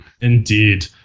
indeed